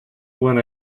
when